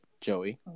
Joey